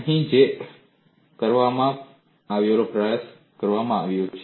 અહીં તે જ કરવાનો પ્રયાસ કરવામાં આવ્યો છે